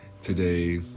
today